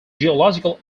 geological